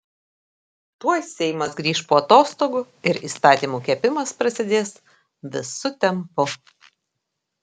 tuoj seimas grįš po atostogų ir įstatymų kepimas prasidės visu tempu